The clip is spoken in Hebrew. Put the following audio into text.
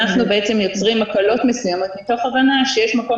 אנחנו בעצם יוצרים הקלות מסוימות מתוך הבנה שיש מקום